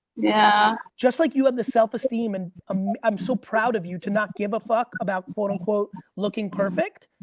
yeah. just like you have the self-esteem, and um i'm so proud of you to not give a fuck about quote on quote, looking perfect.